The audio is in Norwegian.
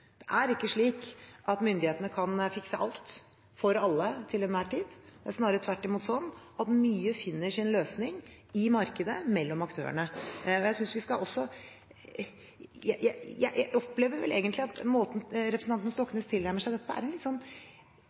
hvor det ikke er nødvendig. Det er ikke slik at myndighetene kan fikse alt for alle til enhver tid. Det er snarere tvert imot sånn at mye finner sin løsning i markedet mellom aktørene. Jeg opplever vel egentlig at måten representanten Stoknes tilnærmer seg dette på, stiller selskapene litt i miskreditt, at de ikke klarer dette selv uten en